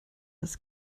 als